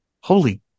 holy